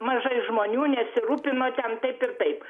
mažai žmonių nesirūpino ten taip ir taip